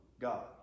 God